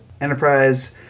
enterprise